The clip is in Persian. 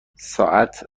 ساعت